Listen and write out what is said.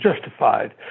justified